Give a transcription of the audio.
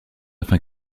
afin